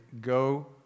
go